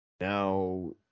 now